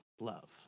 love